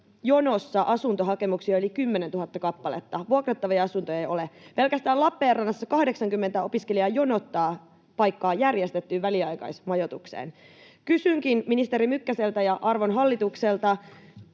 jonossa asuntohakemuksia yli 10 000 kappaletta. Vuokrattavia asuntoja ei ole. Pelkästään Lappeenrannassa 80 opiskelijaa jonottaa paikkaa järjestettyyn väliaikaismajoitukseen. Kysynkin ministeri Mykkäseltä ja arvon hallitukselta: